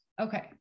Okay